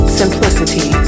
simplicity